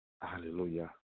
Hallelujah